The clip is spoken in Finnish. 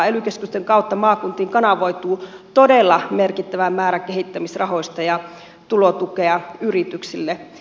ely keskusten kautta maakuntiin kanavoituu todella merkittävä määrä kehittämisrahoista ja tulotukea yrityksille